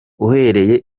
uhereye